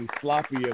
sloppy